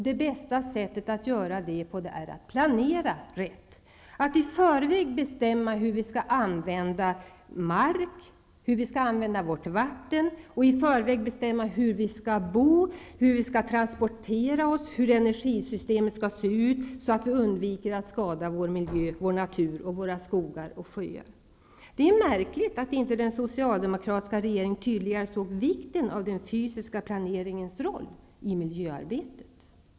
Det bästa sättet att göra detta är att planera rätt, att i förväg bestämma hur vi skall använda mark och vatten, i förväg bestämma hur vi skall bo och transportera oss, hur energisystemet skall se ut, så att vi undviker att skada vår miljö, vår natur, våra skogar och våra sjöar. Det är märkligt att den socialdemokratiska regeringen inte tydligare såg vikten av den fysiska planeringens roll i miljöarbetet.